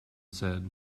said